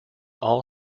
all